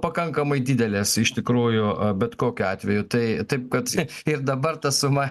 pakankamai didelės iš tikrųjų bet kokiu atveju tai taip kad ir dabar ta suma